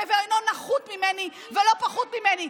גבר אינו נחות ממני ולא פחות ממני.